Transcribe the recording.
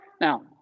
Now